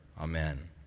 Amen